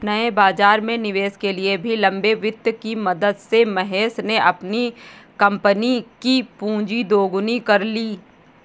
नए बाज़ार में निवेश के लिए भी लंबे वित्त की मदद से महेश ने अपनी कम्पनी कि पूँजी दोगुनी कर ली